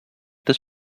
this